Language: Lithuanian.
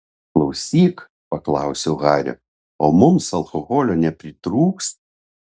klausyk paklausiau hario o mums alkoholio nepritrūks